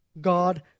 God